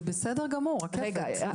זה בסדר גמור, רקפת.